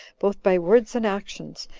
both by words and actions,